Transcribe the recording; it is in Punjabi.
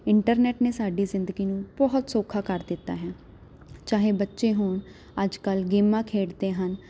ਇੰਟਰਨੈਟ ਨੇ ਸਾਡੀ ਜ਼ਿੰਦਗੀ ਨੂੰ ਬਹੁਤ ਸੌਖਾ ਕਰ ਦਿੱਤਾ ਹੈ ਚਾਹੇ ਬੱਚੇ ਹੋਣ ਅੱਜ ਕੱਲ੍ਹ ਗੇਮਾਂ ਖੇਡਦੇ ਹਨ